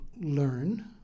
learn